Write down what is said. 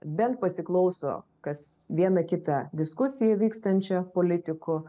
bent pasiklauso kas vieną kitą diskusiją vykstančią politikų